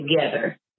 together